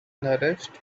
nourished